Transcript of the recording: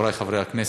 חברי חברי הכנסת,